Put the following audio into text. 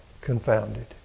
confounded